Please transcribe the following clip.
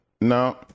No